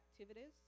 activities